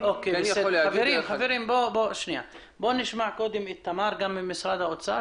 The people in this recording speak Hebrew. נשמע את תמר ממשרד האוצר.